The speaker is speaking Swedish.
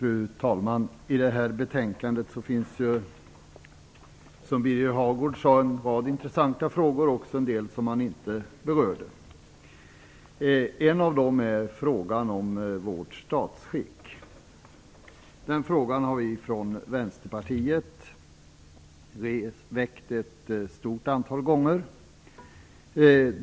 Fru talman! I detta betänkande finns som Birger Hagård sade en rad intressanta frågor och även en del som han inte berörde. En av dem är frågan om vårt statsskick. Den frågan har vi från Vänsterpartiet tagit upp ett stort antal gånger.